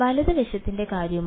വലത് വശത്തിന്റെ കാര്യമോ